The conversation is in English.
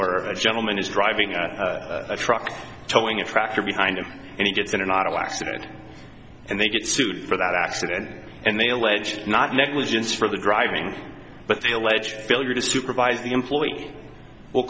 where a gentleman is driving a truck towing a tractor behind him and he gets in an auto accident and they get sued for that accident and they allege not negligence for the driving but the alleged failure to supervise the employee well